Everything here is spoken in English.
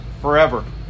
forever